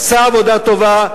עשה עבודה טובה,